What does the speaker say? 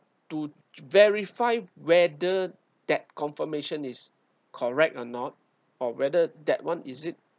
to verify whether that confirmation is correct or not or whether that one is it